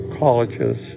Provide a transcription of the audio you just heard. colleges